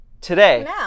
today